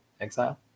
exile